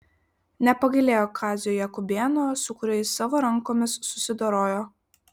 nepagailėjo kazio jakubėno su kuriuo jis savo rankomis susidorojo